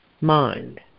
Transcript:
mind